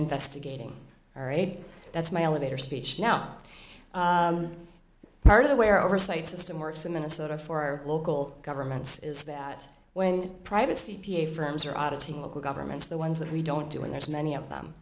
investigating all raid that's my elevator speech now part of the where oversight system works in minnesota for our local governments is that when privacy p a firms are auditing local governments the ones that we don't do and there's many of them